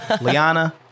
Liana